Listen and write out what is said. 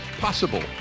possible